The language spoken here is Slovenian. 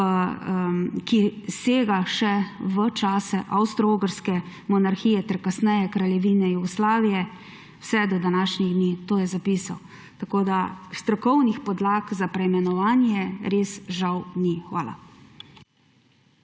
ki sega še v čase Avstro-Ogrske monarhije ter kasneje Kraljevine Jugoslavije vse do današnjih dni.« To je zapisal. Tako da strokovnih podlag za preimenovanje res žal ni. Hvala.